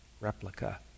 replica